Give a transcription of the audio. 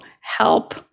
help